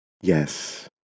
Yes